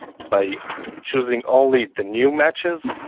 by choosing only the new matches,